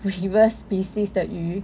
river species 的鱼